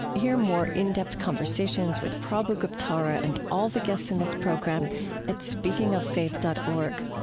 hear more in-depth conversations with prabhu guptara and all the guests in this program at speakingoffaith dot org.